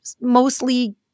mostly